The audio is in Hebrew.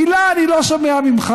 מילה אני לא שומע ממך,